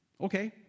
Okay